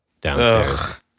downstairs